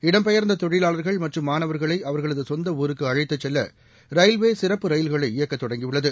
இடம்பெயர்ந்த தொழிலாளர்கள் மற்றும் மாணவர்களை அவர்களது சொந்த ஊருக்கு அழைத்து செல்ல ரயில்வே சிறப்பு ரயில்களை இயக்க தொடங்கி உள்ளது